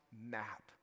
map